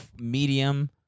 medium